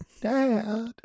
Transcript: Dad